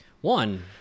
One